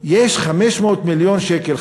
יש 500 מיליון שקל,